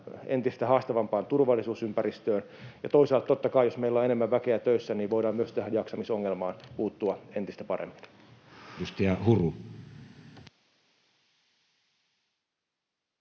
entistä haastavampaan turvallisuusympäristöön, ja toisaalta totta kai, jos meillä on enemmän väkeä töissä, niin voidaan myös tähän jaksamisongelmaan puuttua entistä paremmin.